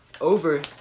Over